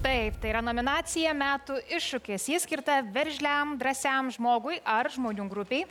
taip tai yra nominacija metų iššūkis ji skirta veržliam drąsiam žmogui ar žmonių grupei